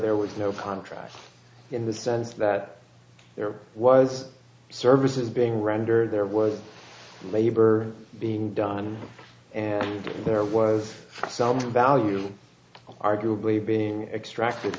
there was no contract in the sense that there was services being rendered there was labor being done and there was some value arguably being extracted